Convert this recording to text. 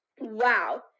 Wow